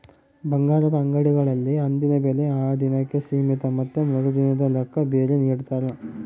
ಬಂಗಾರದ ಅಂಗಡಿಗಳಲ್ಲಿ ಅಂದಿನ ಬೆಲೆ ಆ ದಿನಕ್ಕೆ ಸೀಮಿತ ಮತ್ತೆ ಮರುದಿನದ ಲೆಕ್ಕ ಬೇರೆ ನಿಡ್ತಾರ